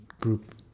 group